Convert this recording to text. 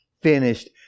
finished